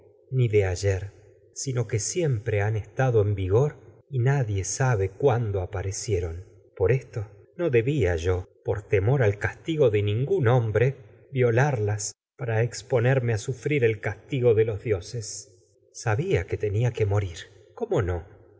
ni de y ayer sino que siempre estado en vigor nadie sabe cuándo aparecieron por esto no debia yo temor al castigo de ningún hombre violarlas para a por exponerme tenía sufrir el castigo de los dioses tú no sabia que que morir cómo no